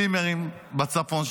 צימרים בצפון,